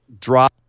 drop